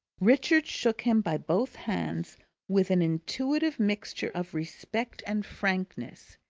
richard shook him by both hands with an intuitive mixture of respect and frankness,